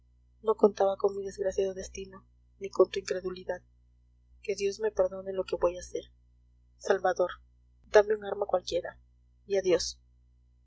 no contaba con mi desgraciado destino ni con tu incredulidad que dios me perdone lo que voy a hacer salvador dame un arma cualquiera y adiós